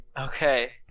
okay